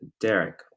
Derek